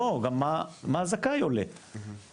גם מה הזכאי עולה,